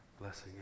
Blessing